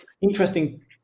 interesting